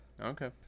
Okay